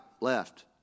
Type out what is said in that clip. left